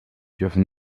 dürfen